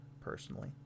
personally